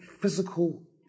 physical